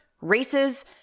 races